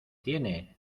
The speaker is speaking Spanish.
tiene